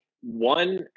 One